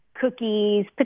cookies